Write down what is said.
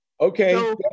Okay